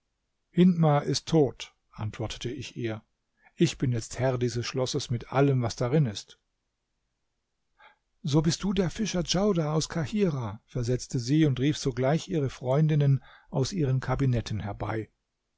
hindmar ist tot antwortete ich ihr ich bin jetzt herr dieses schlosses mit allem was darin ist so bist du der fischer djaudar aus kahirah versetzte sie und rief sogleich ihre freundinnen aus ihren kabinetten herbei